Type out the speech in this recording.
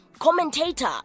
Commentator